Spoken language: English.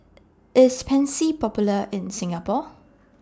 IS Pansy Popular in Singapore